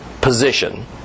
position